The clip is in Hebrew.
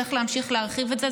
וצריך להמשיך להרחיב את זה,